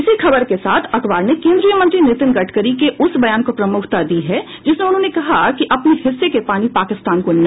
इसी खबर के साथ अखबार ने केंद्रीय मंत्री नितिन गडकरी के उस बयान को प्रमुखता दी है जिसमें उन्होंने कहा है कि अपने हिस्से के पानी पाकिस्तान को नहीं